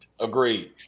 agreed